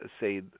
say